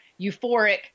euphoric